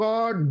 God